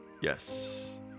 Yes